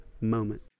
moment